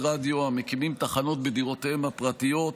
רדיו המקימים תחנות בדירותיהם הפרטיות.